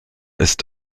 ist